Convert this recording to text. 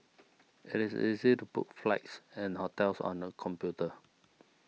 it is easy to book flights and hotels on the computer